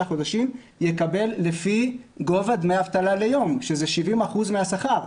חודשים יקבל לפי גובה דמי אבטלה ליום שזה 70% מהשכר.